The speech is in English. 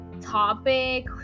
topic